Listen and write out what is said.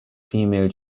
female